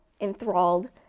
enthralled